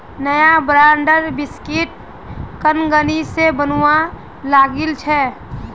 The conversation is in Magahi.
नया ब्रांडेर बिस्कुट कंगनी स बनवा लागिल छ